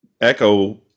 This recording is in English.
Echo